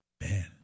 Man